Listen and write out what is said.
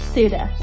Suda